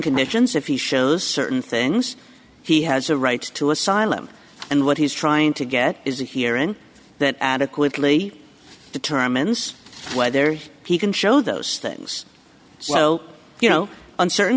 conditions if he shows certain things he has a right to asylum and what he's trying to get is a hearing that adequately determines whether he can show those things so you know on certain